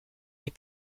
les